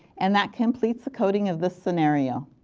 and that completes the coding of this scenario.